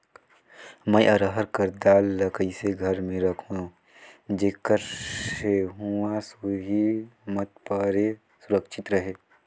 मैं अरहर कर दाल ला कइसे घर मे रखों जेकर से हुंआ सुरही मत परे सुरक्षित रहे?